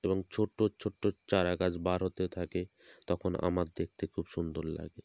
এবং ছোট্টো ছোট্টো চারাগাছ বার হতে থাকে তখন আমার দেখতে খুব সুন্দর লাগে